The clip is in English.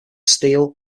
steele